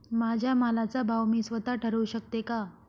माझ्या मालाचा भाव मी स्वत: ठरवू शकते का?